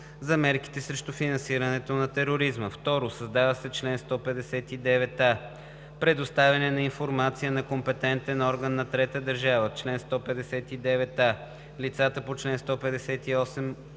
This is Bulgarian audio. за мерките срещу финансирането на тероризма.“ 2. Създава се чл. 159а: „Предоставяне на информация на компетентен орган на трета държава Чл. 159а. Лицата по чл. 158,